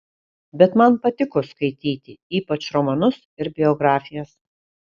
bet man patiko skaityti ypač romanus ir biografijas